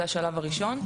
זה השלב הראשון.